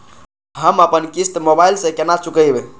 हम अपन किस्त मोबाइल से केना चूकेब?